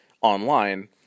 online